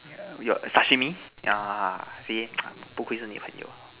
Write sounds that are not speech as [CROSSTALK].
we got Sashimi ah see [NOISE] 不愧是你朋友